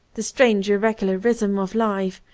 the strange irregular rhythm of life,